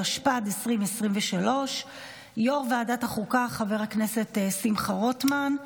התשפ"ד 2023. יו"ר ועדת החוקה חבר הכנסת שמחה רוטמן,